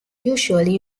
usually